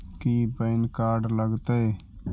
की PAN card लग तै?